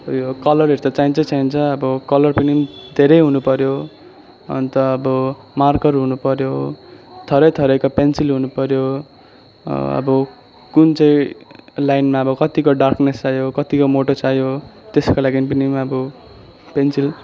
उयो कलरहरू त चाहिन्छै चाहिन्छ अब कलर पनि धेरै हुनुपर्यो अन्त अब मार्कर हुनुपर्यो थरी थरीको पेन्सिल हुनुपर्यो अब कुन चाहिँ लाइनमा अब कत्तिको डार्कनेस् चाहियो कत्तिको मोटो चाहियो त्यसको लागि पनि अब पेन्सिल